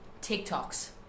TikToks